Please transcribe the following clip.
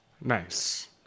Nice